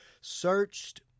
searched